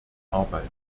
arbeit